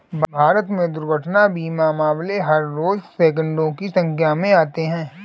भारत में दुर्घटना बीमा मामले हर रोज़ सैंकडों की संख्या में आते हैं